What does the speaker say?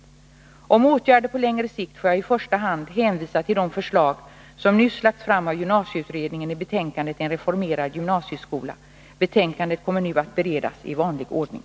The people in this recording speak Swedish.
När det gäller åtgärder på längre sikt får jag i första hand hänvisa till de förslag som nyss lagts fram av gymnasieutredningen i betänkandet En reformerad gymnasieskola . Betänkandet kommer nu att beredas i vanlig ordning.